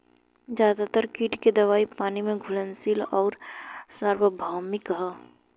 ज्यादातर कीट के दवाई पानी में घुलनशील आउर सार्वभौमिक ह?